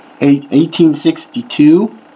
1862